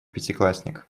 пятиклассник